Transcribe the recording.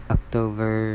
October